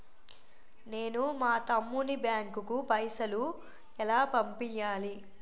నేను మా తమ్ముని బ్యాంకుకు పైసలు ఎలా పంపియ్యాలి?